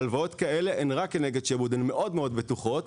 הלוואות כאלה הן כנגד שעבוד; הן מאוד בטוחות.